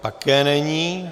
Také není.